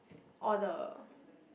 all the